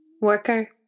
worker